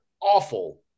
awful